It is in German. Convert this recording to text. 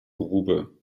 grube